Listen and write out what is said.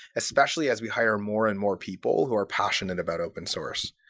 especially as we hire more and more people who are passionate about open-source.